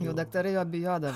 jau daktarai jo bijodavo